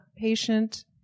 patient